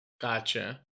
Gotcha